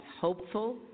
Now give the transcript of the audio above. hopeful